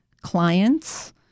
clients